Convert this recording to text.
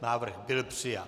Návrh byl přijat.